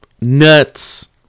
Nuts